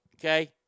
okay